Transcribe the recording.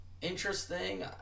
interesting